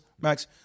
Max